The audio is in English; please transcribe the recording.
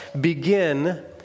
begin